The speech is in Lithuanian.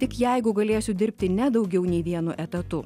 tik jeigu galėsiu dirbti ne daugiau nei vienu etatu